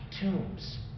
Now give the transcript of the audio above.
tombs